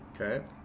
Okay